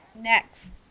next